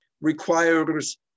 requires